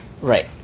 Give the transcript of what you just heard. Right